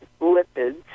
lipids